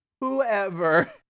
whoever